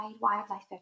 wildlife